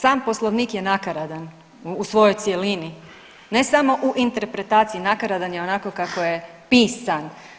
Sam Poslovnik je nakaradan u svojoj cjelini ne samo u interpretaciji, nakaradan je onako kako je pisan.